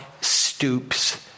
stoops